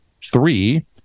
three